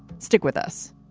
stick with us